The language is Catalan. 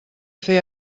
fer